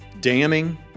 damning